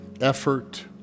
effort